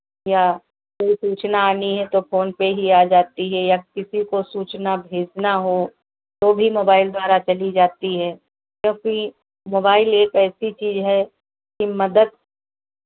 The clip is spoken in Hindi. या कोई सूचना आनी है तो फोन पे ही आ जाती है या किसी को सूचना भेजना हो तो भी मोबाइल द्वारा चली जाती है क्योंकि मोबाइल एक ऐसी चीज़ है कि मदद